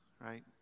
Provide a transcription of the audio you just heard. right